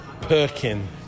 Perkin